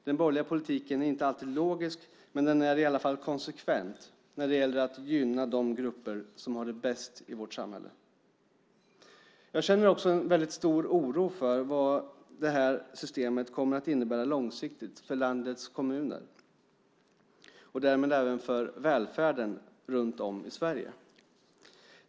Den borgerliga politiken är inte alltid logisk, men den är i alla fall konsekvent när det gäller att gynna de grupper som har det bäst i vårt samhälle. Jag känner också en stor oro för vad det här systemet kommer att innebära långsiktigt för landets kommuner och därmed även för välfärden runt om i Sverige.